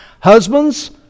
Husbands